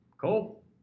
Cool